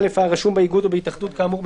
(א)היה רשום באיגוד או בהתאחדות כאמור,